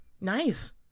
Nice